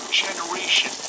generation